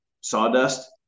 sawdust